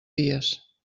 dies